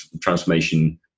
transformation